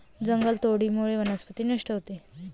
जंगलतोडीमुळे वनस्पती नष्ट होते